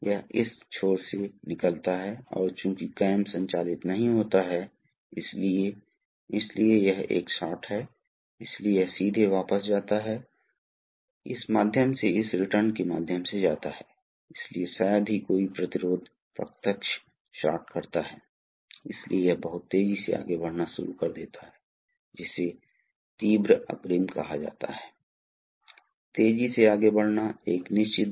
तो यहाँ अगर वे तरल पदार्थ को संकुचित कर रहे हैं और कुछ उच्च दबाव क्षेत्र बनाया गया है तो दूसरी ओर यहाँ जालीदार दाँत हैं वास्तविक ड्राइंग नहीं है वास्तव में दांतों के बहुत करीब जाल है इसलिए यह यहाँ है यह दाँत वास्तव में दूर जा रहे हैं वे एक जगह पर खुल रहे हैं वे बंद हो रहे हैं इस तरह से इसलिए एक जगह वे बंद कर रहे हैं जब वे बंद कर रहे हैं तो वे दबाव बनाने की प्रवृत्ति रखते हैं